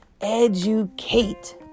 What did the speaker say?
Educate